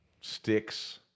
Sticks